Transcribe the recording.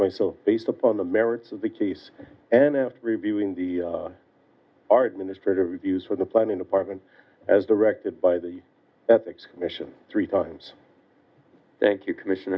so based upon the merits of the case and after reviewing the art in this part of reviews for the planning department as directed by the ethics commission three times thank you commission